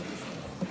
ברשות יושב-ראש